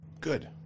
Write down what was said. Good